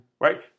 Right